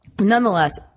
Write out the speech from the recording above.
Nonetheless